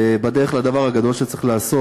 בדרך לדבר הגדול שצריך לעשות.